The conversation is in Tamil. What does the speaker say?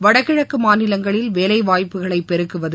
வடகிழக்கு மாநிலங்களுகளில் வேலை வாய்ப்புகளை பெருக்குவது